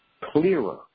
clearer